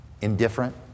Indifferent